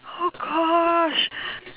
oh gosh